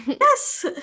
yes